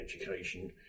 education